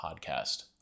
podcast